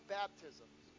baptisms